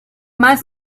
más